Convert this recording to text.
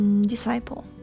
Disciple